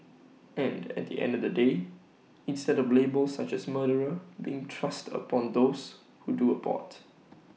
and at the end of the day instead of labels such as murderer being thrust upon those who do abort